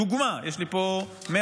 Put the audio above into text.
דוגמה, יש לי פה מאה,